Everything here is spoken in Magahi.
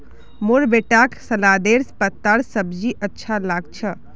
मोर बेटाक सलादेर पत्तार सब्जी अच्छा लाग छ